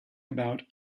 about